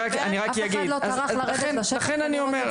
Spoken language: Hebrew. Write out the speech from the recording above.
אף אחד לא טרח לרדת לשטח ולבדוק.